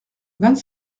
vingt